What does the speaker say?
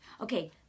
Okay